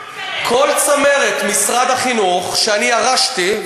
כל צמרת משרד החינוך שאני ירשתי,